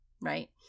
right